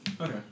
Okay